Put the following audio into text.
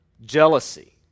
Jealousy